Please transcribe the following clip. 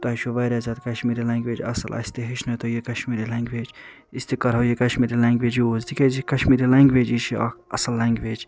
تۄہہِ چھُو وارِیاہ زیادٕ کشمیری لنٛگویج اصٕل اسہِ تہِ ہیٚچھنٲیِتو یہِ کشمیری لنٛگویج أسۍ تہِ کرہاو یہِ کشمیری لنٛگویج یوٗز تِکیٛازِ یہِ کشمیٖری لنٛگویجی یہِ چھِ اکھ اصٕل لنٛگویج